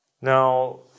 now